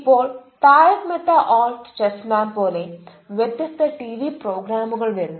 ഇപ്പോൾ താരക്മെത്ത ഓൾട്ട ചെസ്സ്മാൻ പോലെ വ്യത്യസ്ത ടിവി പ്രോഗ്രാമുകൾ വരുന്നു